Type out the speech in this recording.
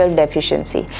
deficiency